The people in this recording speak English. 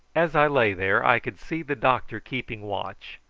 as i lay there i could see the doctor keeping watch,